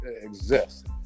exist